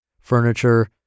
furniture